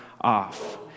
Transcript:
off